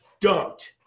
dumped